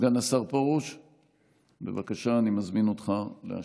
סגן השר פרוש, בבקשה, אני מזמין אותך להשיב.